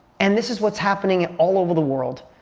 and this is what's happening all over the world.